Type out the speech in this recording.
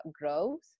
growth